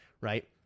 Right